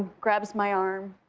grabs my arm,